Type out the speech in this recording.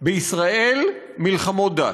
בישראל מלחמות דת,